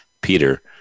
Peter